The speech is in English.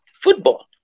Football